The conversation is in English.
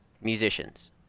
musicians